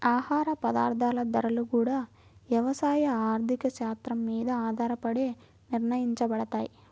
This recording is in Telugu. ఆహార పదార్థాల ధరలు గూడా యవసాయ ఆర్థిక శాత్రం మీద ఆధారపడే నిర్ణయించబడతయ్